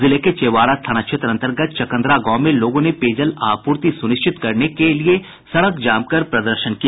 जिले के चेवाड़ा थाना क्षेत्र अंतर्गत चकंदरा गांव में लोगों ने पेयजल आपूर्ति सुनिश्चित करने के लिये सड़क जाम कर प्रदर्शन किया